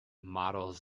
models